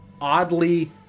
oddly